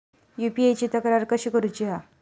UPI ची तक्रार कशी करुची हा?